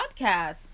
Podcast